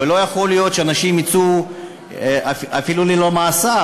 ולא יכול להיות שאנשים יצאו אפילו ללא מאסר,